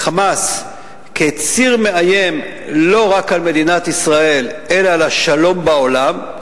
"חמאס" ציר מאיים לא רק על מדינת ישראל אלא על השלום בעולם.